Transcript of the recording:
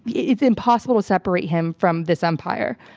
it's impossible to separate him from this empire.